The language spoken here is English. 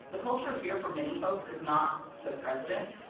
the culture of fear for many folks is not the president,